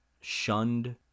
shunned